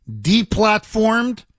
deplatformed